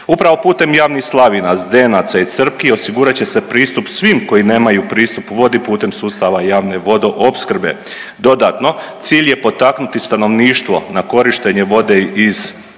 Upravo putem javnih slavina, zdenaca i crpki osigurat će se pristup svim koji nemaju pristup vodi putem sustava javne vodoopskrbe. Dodatno cilj je potaknuti stanovništvo na korištenje vode iz